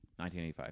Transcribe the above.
1985